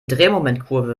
drehmomentkurve